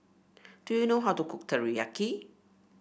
do you know how to cook Teriyaki